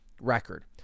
record